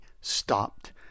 stopped